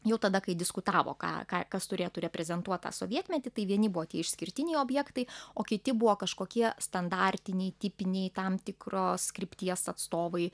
jau tada kai diskutavo ką ką kas turėtų reprezentuot tą sovietmetį tai vieni buvo tie išskirtiniai objektai o kiti buvo kažkokie standartiniai tipiniai tam tikros krypties atstovai